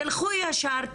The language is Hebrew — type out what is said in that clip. תלכו ישר,